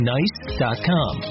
Nice.com